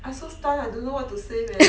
I so stunned I don't know what to say eh